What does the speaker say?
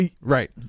Right